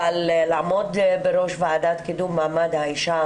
אבל לעמוד בראש הוועדה לקידום מעמד האישה,